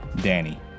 Danny